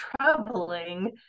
troubling